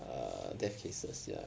err death cases ya